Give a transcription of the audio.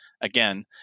Again